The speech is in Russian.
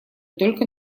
только